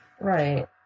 right